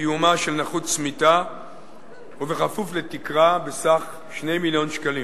קיומה של נכות צמיתה ובכפוף לתקרה בסך 2 מיליון שקלים.